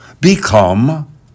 become